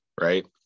right